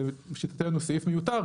לשיטתנו זה סעיף מיותר.